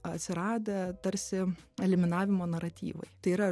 atsiradę tarsi eliminavimo naratyvai tai yra